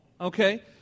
okay